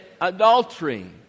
adultery